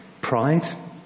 pride